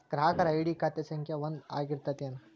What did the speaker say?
ಗ್ರಾಹಕರ ಐ.ಡಿ ಖಾತೆ ಸಂಖ್ಯೆ ಒಂದ ಆಗಿರ್ತತಿ ಏನ